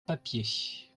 papier